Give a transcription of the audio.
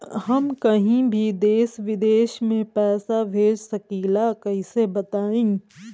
हम कहीं भी देश विदेश में पैसा भेज सकीला कईसे बताई?